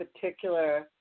particular